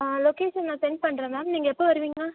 location நான் sent பண்ணுறேன் ma'am நீங்கள் எப்போ வருவீங்க